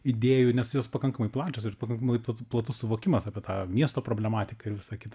idėjų nes jos pakankamai plačios ir pakankamai pla platus suvokimas apie tą miesto problematiką ir visa kita